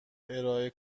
ارائه